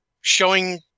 showing